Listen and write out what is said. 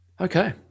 okay